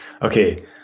Okay